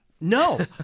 No